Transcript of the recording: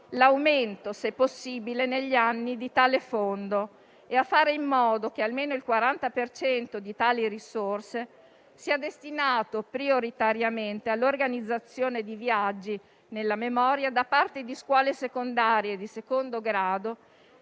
l'aumento, se possibile, negli anni di tale fondo e a fare in modo che almeno il 40 per cento di tali risorse sia destinato prioritariamente all'organizzazione di viaggi nella memoria da parte di scuole secondarie di secondo grado